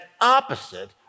opposite